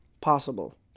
possible